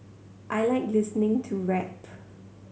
I like listening to rap